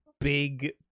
big